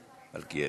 מלכיאלי.